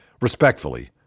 Respectfully